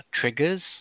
triggers